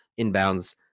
inbounds